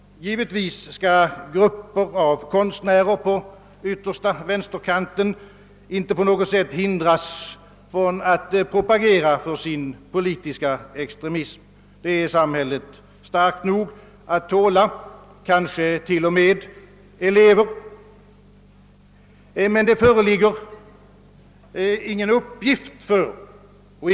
Givetvis skall grupper av konstnärer på den yttersta vänsterkanten inte hindras från att propagera för sin politiska extremism — det är samhället och kanske t.o.m. eleverna starka nog att tåla.